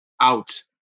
out